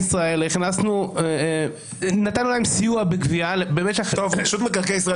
נתנו סיוע בגבייה לרשות מקרקעי ישראל